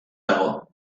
dago